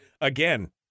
again